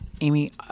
Amy